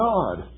God